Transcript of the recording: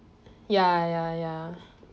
ya ya ya